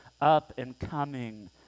up-and-coming